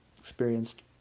experienced